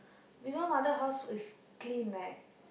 Vimal mother house is clean leh